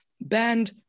banned